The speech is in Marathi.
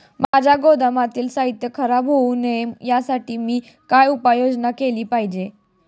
माझ्या गोदामातील साहित्य खराब होऊ नये यासाठी मी काय उपाय योजना केली पाहिजे?